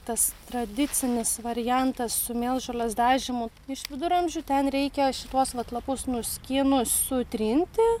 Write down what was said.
tas tradicinis variantas su mėlžolės dažymu iš viduramžių ten reikia šituos vat lapus nuskynus sutrinti